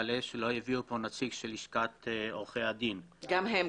פניתי גם לעורך דין שכתב מכתב וגם ללשכת עורכי הדין שלא שמה קצוץ